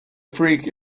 freak